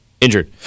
injured